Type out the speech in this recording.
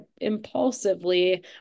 impulsively